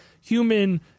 human